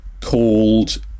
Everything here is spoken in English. called